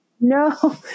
no